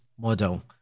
model